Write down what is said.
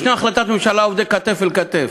יש החלטת ממשלה, עובדים כתף אל כתף.